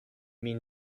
mean